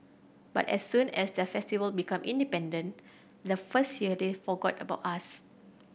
but as soon as the Festival become independent the first year they forgot about us